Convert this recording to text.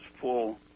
full